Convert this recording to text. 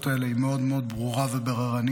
האלה היא מאוד מאוד ברורה ובררנית.